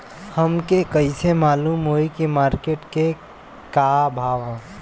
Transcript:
हमके कइसे मालूम होई की मार्केट के का भाव ह?